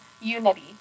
unity